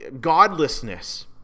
godlessness